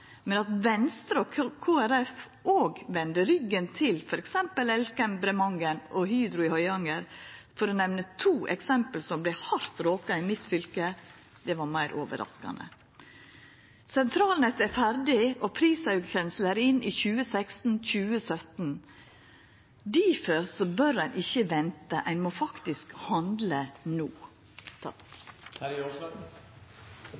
Men at Venstre og Kristeleg Folkeparti òg vende ryggen til f.eks. Elkem Bremanger og Hydro i Høyanger – for å nemna to eksempel på bedrifter som vart hardt råka i mitt fylke – var meir overraskande. Sentralnettet er ferdig, og prisauken slår inn i 2016–2017. Difor bør ein ikkje venta, ein må faktisk handla no.